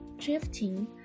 drifting